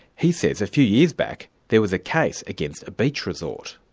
he says a few years back there was a case against a beach resort.